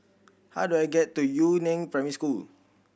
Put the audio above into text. how do I get to Yu Neng Primary School